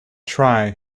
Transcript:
try